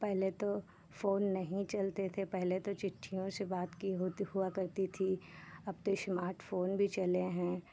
पहले तो फोन नहीं चलते थे पहले तो चिट्ठियों से बात की होती हुआ करती थी अब तो स्मार्ट फोन भी चले हैं